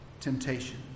temptation